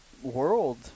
World